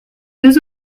deux